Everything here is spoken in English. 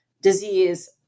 disease